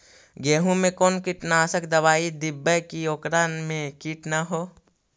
गेहूं में कोन कीटनाशक दबाइ देबै कि ओकरा मे किट न हो?